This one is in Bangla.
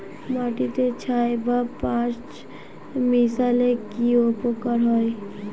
মাটিতে ছাই বা পাঁশ মিশালে কি উপকার হয়?